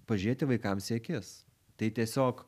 pažiūrėti vaikams į akis tai tiesiog